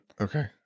Okay